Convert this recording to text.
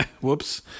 Whoops